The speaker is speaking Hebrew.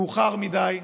מאוחר מדי,